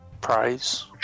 prize